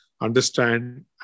understand